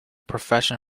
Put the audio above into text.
profession